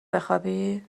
بخوابی